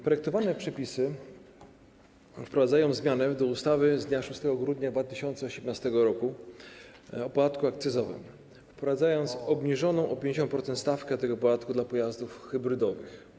Projektowane przepisy wprowadzają zmianę do ustawy z dnia 6 grudnia 2018 r. o podatku akcyzowym, wprowadzając obniżoną o 50% stawkę tego podatku dla pojazdów hybrydowych.